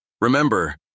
Remember